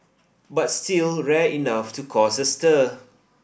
but still rare enough to cause a stir